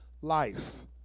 life